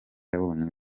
yabonye